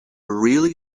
really